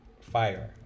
fire